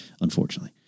unfortunately